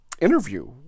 interview